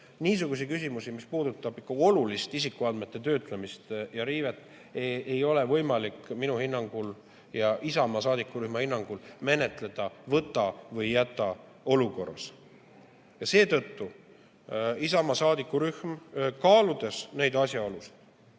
Niisuguseid küsimusi, mis puudutavad olulist isikuandmete töötlemist ja riivet, ei ole võimalik minu hinnangul ja Isamaa saadikurühma hinnangul menetleda võta‑või‑jäta‑olukorras. Seetõttu Isamaa saadikurühm kaalus neid asjaolusid,